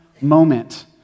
moment